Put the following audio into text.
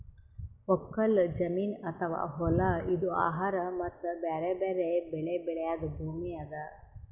ಒಕ್ಕಲ್ ಜಮೀನ್ ಅಥವಾ ಹೊಲಾ ಇದು ಆಹಾರ್ ಮತ್ತ್ ಬ್ಯಾರೆ ಬ್ಯಾರೆ ಬೆಳಿ ಬೆಳ್ಯಾದ್ ಭೂಮಿ ಅದಾ